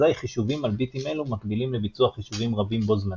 אזי חישובים על ביטים אלו מקבילים לביצוע חישובים רבים בו זמנית.